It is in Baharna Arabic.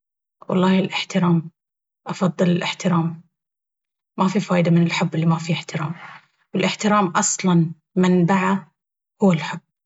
والله الاحترام أفضل الاحترام... ما في فايدة من الحب اللي مافيه احترام... الاحترام أصلا منبعه هو الحب